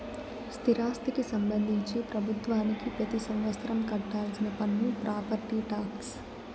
స్థిరాస్తికి సంబంధించి ప్రభుత్వానికి పెతి సంవత్సరం కట్టాల్సిన పన్ను ప్రాపర్టీ టాక్స్